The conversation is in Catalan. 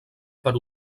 per